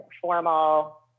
formal